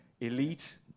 elite